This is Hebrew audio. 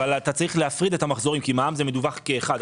אבל אתה צריך להפריד את המחזורים כי מע"מ מדווח כאחד,